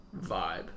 vibe